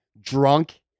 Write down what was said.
drunk